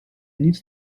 nic